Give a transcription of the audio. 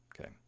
Okay